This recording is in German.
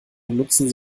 benutzen